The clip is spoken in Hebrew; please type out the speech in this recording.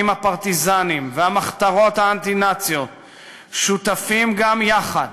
הפרטיזנים והמחתרות האנטי-נאציות שותפים גם יחד